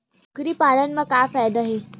कुकरी पालन म का फ़ायदा हे?